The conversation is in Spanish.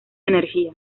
energía